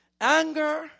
anger